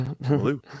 Blue